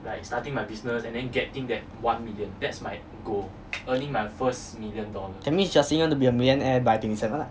that means you just want to be a millionaire by twenty seven lah